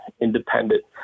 independent